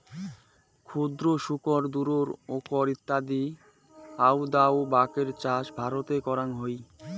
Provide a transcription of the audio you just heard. ক্ষুদ্র শুকর, দুরোক শুকর ইত্যাদি আউদাউ বাকের চাষ ভারতে করাং হই